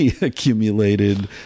accumulated